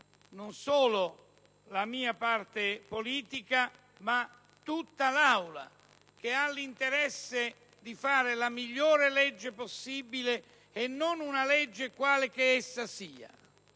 non solo la nostra parte politica, ma tutta l'Assemblea, che ha interesse a fare la migliore legge possibile e non una legge quale che essa sia.